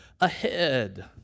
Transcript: ahead